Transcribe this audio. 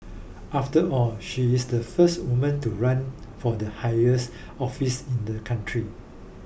after all she is the first woman to run for the highest office in the country